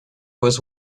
was